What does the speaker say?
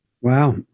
Wow